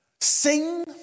sing